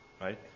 right